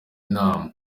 inama